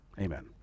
amen